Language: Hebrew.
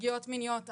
פגיעות מיניות,